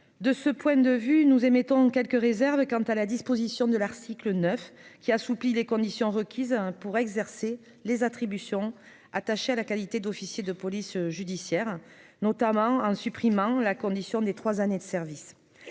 de ce point de vue nous émettons quelques réserves quant à la disposition de l'article 9 qui assouplit les conditions requises, hein, pour exercer les attributions attachés à la qualité d'officier de police judiciaire, notamment en supprimant la condition des 3 années de service,